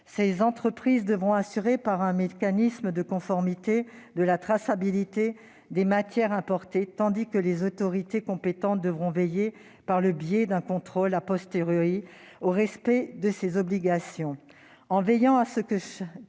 Ces entreprises devront s'assurer par un mécanisme de conformité de la traçabilité des matières importées, tandis que les autorités compétentes devront veiller, par le biais d'un contrôle, au respect de ces obligations.